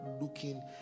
looking